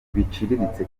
biciriritse